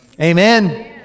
Amen